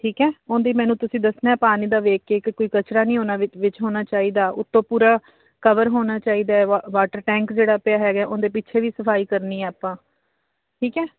ਠੀਕ ਹੈ ਉਹਦੀ ਮੈਨੂੰ ਤੁਸੀਂ ਦੱਸਣਾ ਪਾਣੀ ਦਾ ਵੇਖ ਕੇ ਕਿ ਕੋਈ ਕਚਰਾ ਨਹੀਂ ਉਨ੍ਹਾਂ ਵਿ ਵਿੱਚ ਹੋਣਾ ਚਾਹੀਦਾ ਉੱਤੋਂ ਪੂਰਾ ਕਵਰ ਹੋਣਾ ਚਾਹੀਦਾ ਹੈ ਵਾਟਰ ਟੈਂਕ ਜਿਹੜਾ ਪਿਆ ਹੈਗਾ ਉਹਦੇ ਪਿੱਛੇ ਵੀ ਸਫਾਈ ਕਰਨੀ ਹੈ ਆਪਾਂ ਠੀਕ ਹੈ